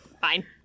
fine